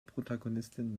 protagonistin